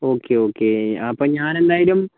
okay okay അപ്പം ഞാനെന്തായാലും